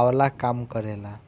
आंवला काम करेला